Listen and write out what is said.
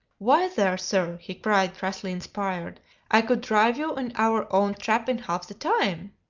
why, there, sir! he cried, crassly inspired i could drive you in our own trap in half the time.